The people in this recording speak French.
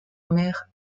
mère